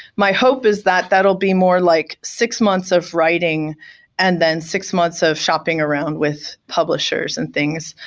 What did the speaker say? my hope is that that will be more like six months of writing and then six months of shopping around with publishers and things.